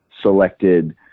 selected